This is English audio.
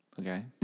Okay